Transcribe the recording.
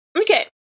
Okay